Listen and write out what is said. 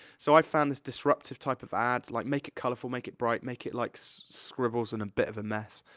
so i've found this disruptive type of ads, like, make it colourful, make it bright, make it, like, so scribbles and a bit of a mess.